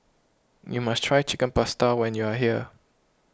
you must try Chicken Pasta when you are here